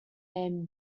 named